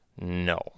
No